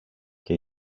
και